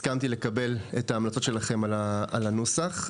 הסכמתי לקבל את ההמלצות שלכם לגבי הנוסח.